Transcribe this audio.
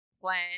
plan